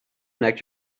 neck